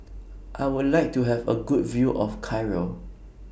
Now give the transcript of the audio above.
I Would like to Have A Good View of Cairo